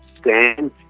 stand